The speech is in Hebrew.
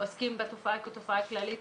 עוסקים בתופעה כתופעה כללית,